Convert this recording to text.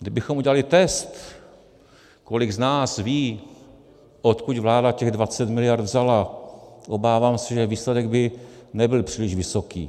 Kdybychom udělali test, kolik z nás ví, odkud vláda těch 20 mld. vzala, obávám se, že výsledek by nebyl příliš vysoký.